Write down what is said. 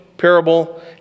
parable